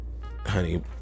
honey